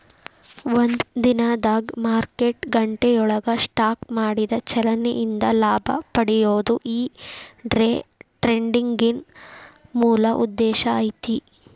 ಒಂದ ದಿನದಾಗ್ ಮಾರ್ಕೆಟ್ ಗಂಟೆಯೊಳಗ ಸ್ಟಾಕ್ ಮಾಡಿದ ಚಲನೆ ಇಂದ ಲಾಭ ಪಡೆಯೊದು ಈ ಡೆ ಟ್ರೆಡಿಂಗಿನ್ ಮೂಲ ಉದ್ದೇಶ ಐತಿ